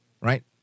right